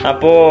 Apo